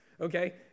okay